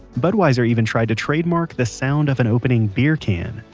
budweiser even tried to trademark the sound of an opening beer can.